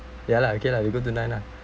ya lah okay lah we go to nine lah